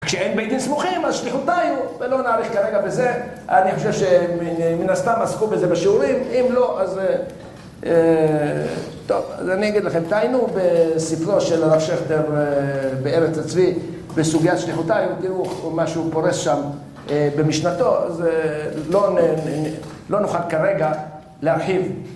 כשאין ביתים סמוכים, אז שליחותיי הוא, ולא נאריך כרגע בזה אני חושב שמין הסתם עסקו בזה בשיעורים, אם לא, אז... טוב, אז אני אגיד לכם, תעיינו בספרו של הרב שכתר בארץ הצבי בסוגיית שליחותיי, הוא תראו מה שהוא פורס שם במשנתו אז לא נוכל כרגע להרחיב